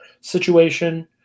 situation